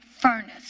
Furnace